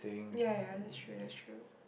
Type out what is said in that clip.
ya ya that's true that's true